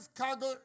cargo